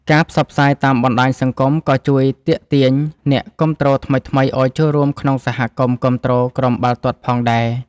ការផ្សព្វផ្សាយតាមបណ្តាញសង្គមក៏ជួយទាក់ទាញអ្នកគាំទ្រថ្មីៗឲ្យចូលរួមក្នុងសហគមន៍គាំទ្រក្រុមបាល់ទាត់ផងដែរ។